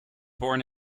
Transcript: born